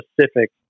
specific